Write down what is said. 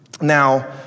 Now